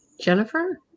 Jennifer